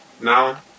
Now